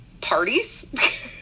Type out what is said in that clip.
parties